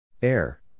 Air